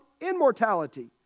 immortality